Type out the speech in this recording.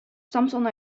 samson